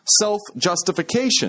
self-justification